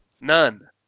none